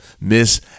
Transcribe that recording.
Miss